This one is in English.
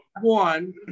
one